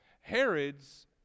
Herod's